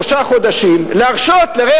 תגיד: בוא ננסה עכשיו שלושה חודשים להרשות לרכב